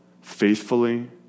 faithfully